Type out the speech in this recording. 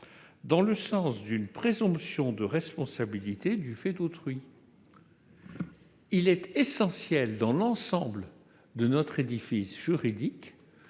dans le sens d'une présomption de responsabilité du fait d'autrui. Il est essentiel, dans tout notre édifice juridique,